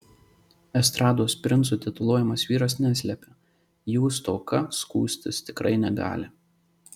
estrados princu tituluojamas vyras neslepia jų stoka skųstis tikrai negali